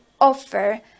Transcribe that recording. offer